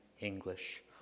English